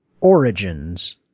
Origins